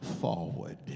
forward